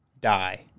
die